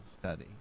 Study